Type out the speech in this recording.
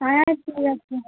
হ্যাঁ ঠিকই আছে